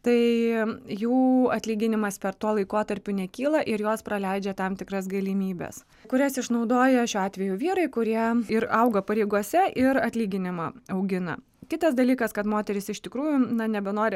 tai jų atlyginimas per tuo laikotarpiu nekyla ir jos praleidžia tam tikras galimybes kurias išnaudoja šiuo atveju vyrai kurie ir auga pareigose ir atlyginimą augina kitas dalykas kad moterys iš tikrųjų na nebenori